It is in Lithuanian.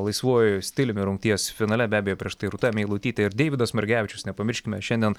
laisvuoju stiliumi rungties finale be abejo prieš tai rūta meilutytė ir deividas margevičius nepamirškime šiandien